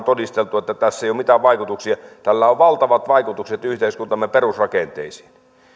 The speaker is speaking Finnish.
todisteltu että tässä ei ole mitään vaikutuksia on valtavat vaikutukset yhteiskuntamme perusrakenteisiin